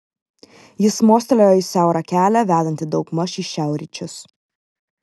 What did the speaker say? jis mostelėjo į siaurą kelią vedantį daugmaž į šiaurryčius